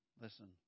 listen